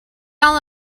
all